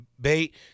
bait